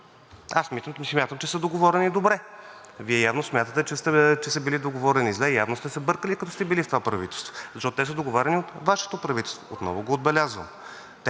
Аз смятам, че са договорени добре. Вие явно смятате, че са били договорени зле. Явно сте се бъркали, като сте били в това правителство, защото те са договаряни от Вашето правителство, отново го отбелязвам.